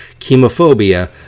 chemophobia